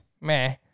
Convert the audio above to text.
meh